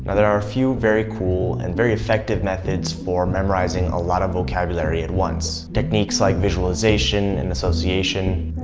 but there are a few very cool and very effective methods for memorizing a lot of vocabulary at once. techniques like visualization and association.